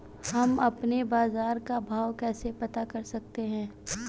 हम अपने बाजार का भाव कैसे पता कर सकते है?